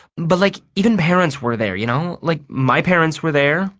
but like even parents were there, you know. like my parents were there.